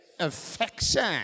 affection